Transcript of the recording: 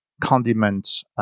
condiments